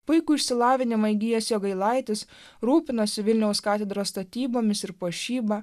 puikų išsilavinimą įgijęs jogailaitis rūpinosi vilniaus katedros statybomis ir puošyba